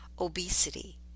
obesity